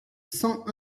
cent